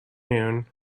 noon